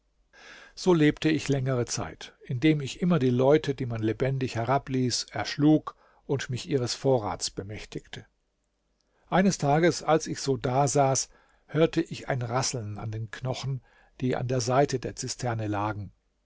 so lebte ich längere zeit indem ich immer die leute die man lebendig herabließ erschlug und mich ihres vorrats bemächtigte eines tages als ich so da saß hörte ich ein rasseln an den knochen die an der seite der zisterne lagen